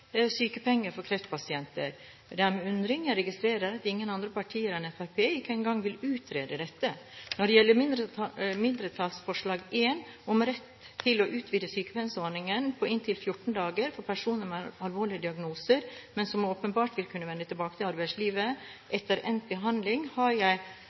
for kreftpasienter. Det er med undring jeg registrerer at ingen andre partier enn Fremskrittspartiet ikke engang vil utrede dette. Når det gjelder mindretallsforslag nr. 1, om rett til å utvide sykepengeordningen på inntil 14 dager for personer med alvorlige diagnoser, men som åpenbart vil kunne vende tilbake til arbeidslivet etter endt behandling, har